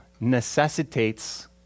necessitates